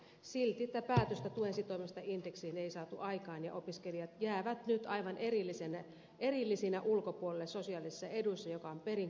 silti päätöstä tuen sitomisesta indeksiin ei saatu aikaan ja opiskelijat jäävät nyt aivan erillisinä ulkopuolelle sosiaalisissa eduissa mikä on perin kummallista